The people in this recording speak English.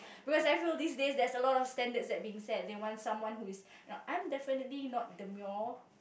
because I feel these days there's a lot of standards being set they want someone who is you know I'm definitely not demure